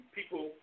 people –